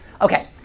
Okay